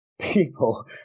people